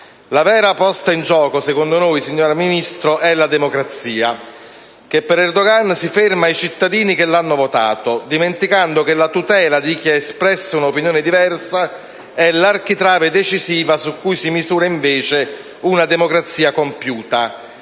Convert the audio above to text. La vera posta in gioco secondo noi, signora Ministro, è la democrazia, che per Erdogan si ferma ai cittadini che l'hanno votato, dimenticando che la tutela di chi ha espresso un'opinione diversa è l'architrave decisiva sui cui si misura invece una democrazia compiuta,